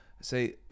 say